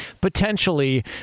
potentially